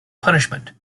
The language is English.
punishment